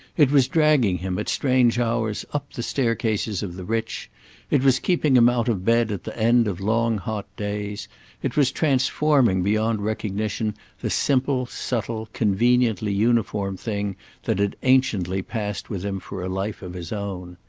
it was dragging him, at strange hours, up the staircases of the rich it was keeping him out of bed at the end of long hot days it was transforming beyond recognition the simple, subtle, conveniently uniform thing that had anciently passed with him for a life of his own.